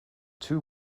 two